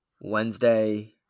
Wednesday